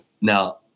Now